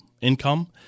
income